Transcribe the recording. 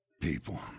People